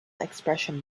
expression